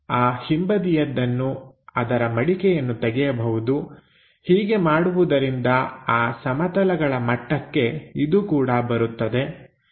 ಆ ಹಿಂಬದಿಯದ್ದನ್ನು ಅದರ ಮಡಿಕೆಯನ್ನು ತೆಗೆಯಬಹುದು ಹೀಗೆ ಮಾಡುವುದರಿಂದ ಆ ಸಮತಲಗಳ ಮಟ್ಟಕ್ಕೆ ಇದು ಕೂಡ ಬರುತ್ತದೆ